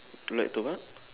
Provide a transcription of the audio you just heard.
like to what